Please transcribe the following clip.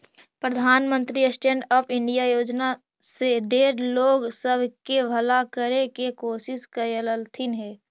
प्रधानमंत्री stand up India योजना से ढेर लोग सब के भला करे के कोशिश कयलथिन हे